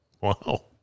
Wow